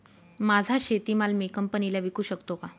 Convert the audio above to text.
माझा शेतीमाल मी कंपनीला विकू शकतो का?